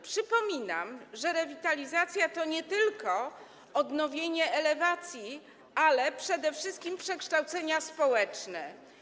Przypominam, że rewitalizacja to nie tylko odnowienie elewacji, ale przede wszystkim przekształcenia społeczne.